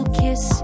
kiss